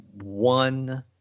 one